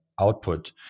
output